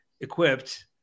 equipped